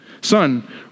Son